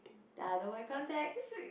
ya I don't wear contacts